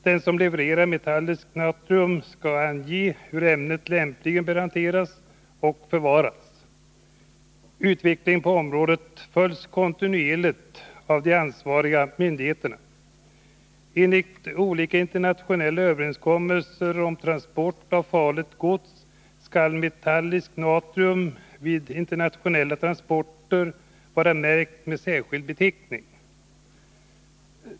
Den som levererar att förhindra viss typ av bränder metalliskt natrium skall ange hur ämnet lämpligen bör hanteras och förvaras. Utvecklingen på området följs kontinuerligt av de ansvariga myndigheterna. Enligt de olika internationella överenskommelserna om transport av farligt gods skall metalliskt natrium vid internationella transporter vara märkt med särskild beteckning.